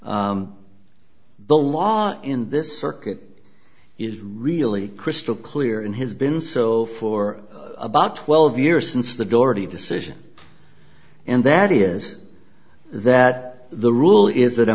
issue the law in this circuit is really crystal clear and has been so for about twelve years since the dorothy decision and that is that the rule is that a